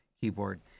keyboard